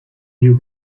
you